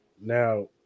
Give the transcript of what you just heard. now